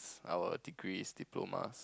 our degrees diplomas